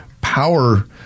power